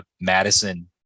Madison